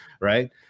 Right